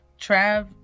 Trav